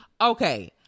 Okay